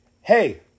Hey